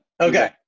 Okay